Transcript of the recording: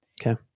Okay